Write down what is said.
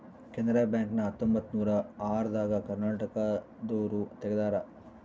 ಕೆನಾರ ಬ್ಯಾಂಕ್ ನ ಹತ್ತೊಂಬತ್ತನೂರ ಆರ ದಾಗ ಕರ್ನಾಟಕ ದೂರು ತೆಗ್ದಾರ